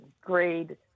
grade